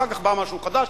אחר כך בא משהו חדש,